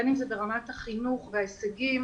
בין אם זה ברמת החינוך וההישגים.